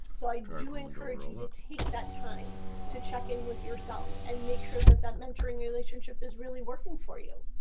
so i do encourage you to take that time to check in with yourself and make sure that that mentoring relationship is really working for you.